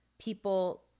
people